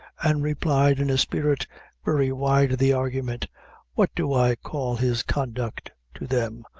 and replied, in a spirit very wide of the argument what do i call his conduct to them?